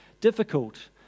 difficult